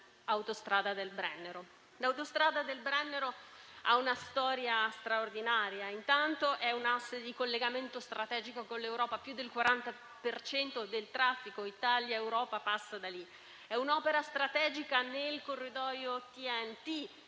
autostrada ha una storia straordinaria: è un asse di collegamento strategico con l'Europa; più del 40 per cento del traffico Italia-Europa passa da lì; è un'opera strategica nel corridoio TNT;